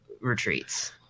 retreats